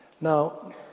Now